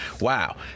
Wow